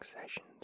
sessions